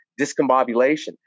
discombobulation